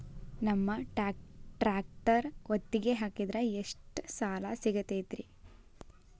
ನಮ್ಮ ಟ್ರ್ಯಾಕ್ಟರ್ ಒತ್ತಿಗೆ ಹಾಕಿದ್ರ ಎಷ್ಟ ಸಾಲ ಸಿಗತೈತ್ರಿ?